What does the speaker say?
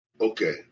okay